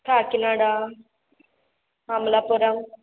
Kakinada Amalapuram